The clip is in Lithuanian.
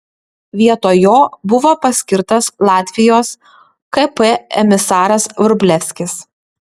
vietoj jo buvo paskirtas latvijos kp emisaras vrublevskis